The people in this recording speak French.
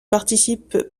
participent